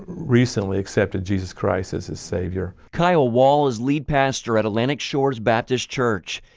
recently accepted jesus christ as his savior. kyle wall is lead pastor at atlantic shores baptist church.